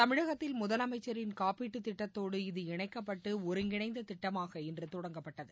தமிழகத்தில் முதலமைச்சரின் காப்பீட்டுத் திட்டத்தோடு இது இணைக்கப்பட்டு ஒருங்கிணைந்த திட்டமாக இன்று தொடங்கப்பட்டது